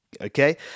okay